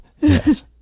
Yes